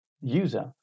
user